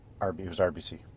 RBC